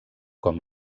com